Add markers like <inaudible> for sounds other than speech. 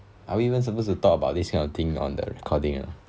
are we supposed to talk about this kind of thing on the recording <laughs>